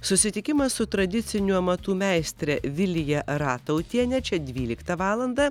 susitikimas su tradicinių amatų meistre vilija ratautiene čia dvyliktą valandą